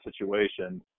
situation